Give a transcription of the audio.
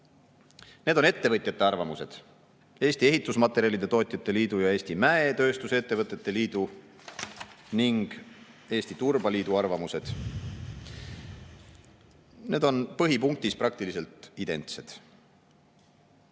need on ettevõtjate arvamused, Eesti Ehitusmaterjalide Tootjate Liidu, Eesti Mäetööstuse Ettevõtete Liidu ning Eesti Turbaliidu arvamused. Need on põhipunktis praktiliselt identsed